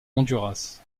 honduras